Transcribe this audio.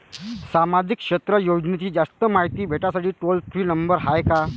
सामाजिक क्षेत्र योजनेची जास्त मायती भेटासाठी टोल फ्री नंबर हाय का?